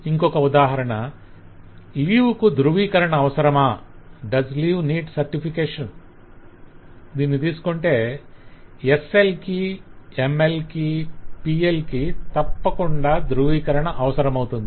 ఇంకొక ఉదాహరణ 'లీవ్ కు ధ్రువీకరణ అవసరమా' తీసుకొంటే SLకి MLకి PLకి తప్పకుండా ధ్రువీకరణ అవసరమవుతుంది